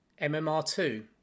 MMR2